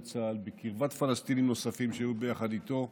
צה"ל בקרבת פלסטינים נוספים שהיו ביחד איתו,